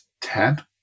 ten